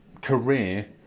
career